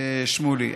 שמולי.